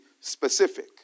specific